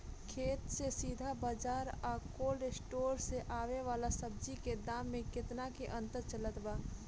खेत से सीधा बाज़ार आ कोल्ड स्टोर से आवे वाला सब्जी के दाम में केतना के अंतर चलत बा?